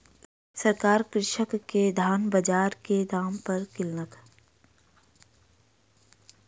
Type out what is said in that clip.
सरकार कृषक के धान बजारक दाम पर किनलक